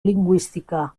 lingüística